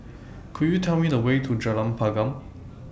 Could YOU Tell Me The Way to Jalan Pergam